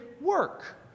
work